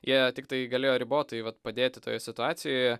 jie tiktai galėjo ribotai vat padėti toje situacijoje